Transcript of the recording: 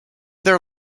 their